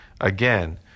again